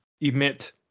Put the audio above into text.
emit